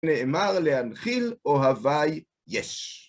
נאמר להנחיל אוהבי יש.